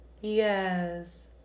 Yes